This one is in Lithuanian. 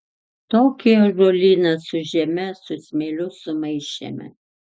tokį ąžuolyną su žeme su smėliu sumaišėme